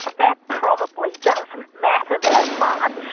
but that probably doesn't matter that much,